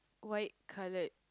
white coloured